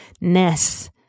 ness